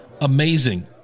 amazing